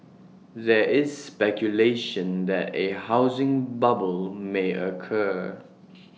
there is speculation that A housing bubble may occur